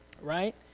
Right